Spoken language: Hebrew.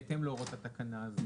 בהתאם להוראות התקנה הזו.